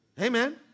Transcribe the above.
Amen